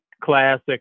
classic